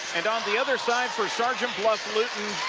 and on the other side for sergeant bluff-luton,